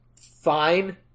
fine